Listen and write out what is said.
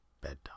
bedtime